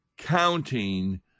counting